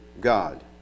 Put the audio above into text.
God